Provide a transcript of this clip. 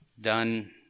done